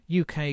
uk